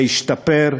להשתפר,